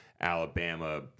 Alabama